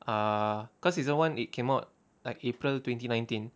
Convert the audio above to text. err cause season one it came out like april twenty nineteen